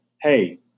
hey